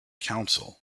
council